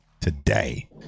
today